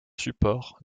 supports